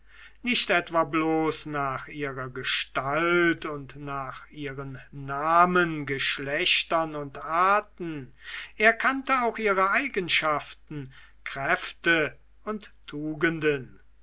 nicht etwan bloß nach ihrer gestalt und nach ihren namen geschlechtern und arten er kannte auch ihre eigenschaften kräfte und tugenden